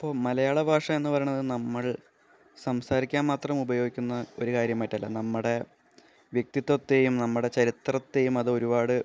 ഇപ്പോള് മലയാള ഭാഷ എന്ന് പറയുന്നത് നമ്മള് സംസാരിക്കാന് മാത്രം ഉപയോഗിക്കുന്ന ഒരു കാര്യമായിട്ടല്ല നമ്മടെ വ്യക്തിത്വത്തെയും നമ്മുടെ ചരിത്രത്തെയും അത് ഒരുപാട്